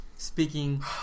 Speaking